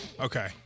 Okay